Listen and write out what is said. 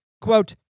Quote